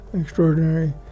extraordinary